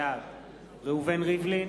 בעד ראובן ריבלין,